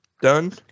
done